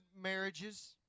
marriages